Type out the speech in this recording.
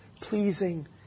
pleasing